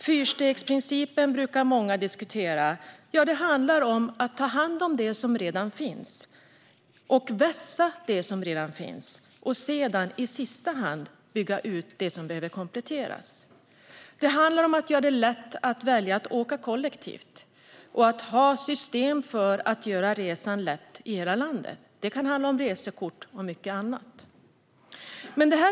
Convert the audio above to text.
Fyrstegsprincipen brukar många diskutera. Ja, det handlar om att ta hand om och vässa det som redan finns och sedan, i sista hand, bygga ut det som behöver kompletteras. Det handlar om att göra det lätt att välja att åka kollektivt och att ha system för att göra resan lätt i hela landet. Det handlar om resekort och mycket annat.